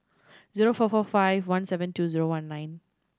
zero four four five one seven two zero one nine